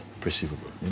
perceivable